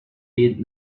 did